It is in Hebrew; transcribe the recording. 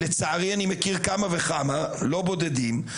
לצערי אני מכיר כמה וכמה, לא בודדים.